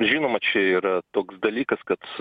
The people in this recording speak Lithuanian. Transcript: žinoma čia yra toks dalykas kad